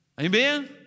Amen